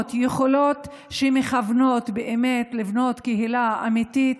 שמכוון באמת לבנות קהילה אמיתית,